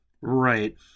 Right